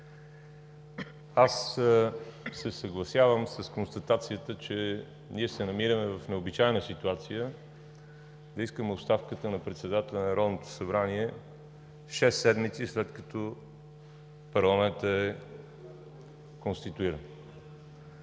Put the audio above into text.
Аз се съгласявам с констатацията, че ние се намираме в необичайна ситуация – да искаме оставката на председателя на Народното събрание шест седмици след като парламентът е конституиран.